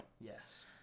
Yes